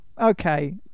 Okay